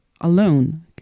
alone